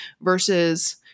versus